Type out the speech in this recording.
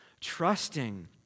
Trusting